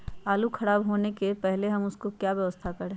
आलू खराब होने से पहले हम उसको क्या व्यवस्था करें?